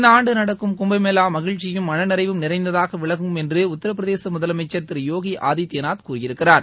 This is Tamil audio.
இந்த ஆண்டு நடக்கும் கும்பமேளா மகிழ்ச்சியும் மனநிறைவும் நிறைந்ததாக விளங்கும் என்று உத்தரபிரதேச முதலமைச்சர் திரு யோகி ஆதித்யநாத் கூறியிருக்கிறார்